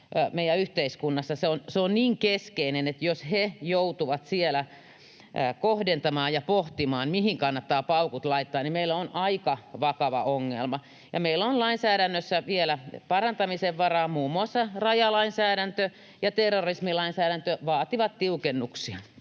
se on niin keskeinen, että jos he joutuvat siellä kohdentamaan ja pohtimaan, mihin kannattaa paukut laittaa, niin meillä on aika vakava ongelma. Meillä on lainsäädännössä vielä parantamisen varaa; muun muassa rajalainsäädäntö ja terrorismilainsäädäntö vaativat tiukennuksia.